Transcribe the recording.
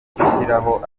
ushyiraho